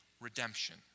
redemption